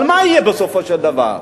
אבל מה יהיה בסופו של דבר?